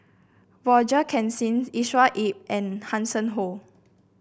Roger Jenkins Joshua Ip and Hanson Ho